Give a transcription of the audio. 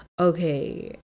okay